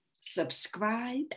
subscribe